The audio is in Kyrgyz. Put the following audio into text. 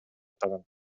атаган